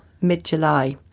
mid-July